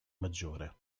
maggiore